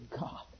God